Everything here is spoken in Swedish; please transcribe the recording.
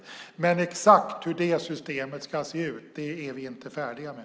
Men exakt hur det systemet ska se ut är vi inte färdiga med.